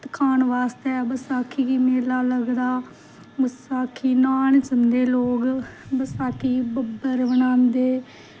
खान बास्तै बसाखी गी मेला लगदा बसाखी न्हान जंदे लोग बसाखी गी बब्बर बनांदे